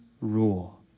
rule